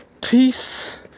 peace